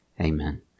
amen